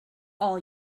all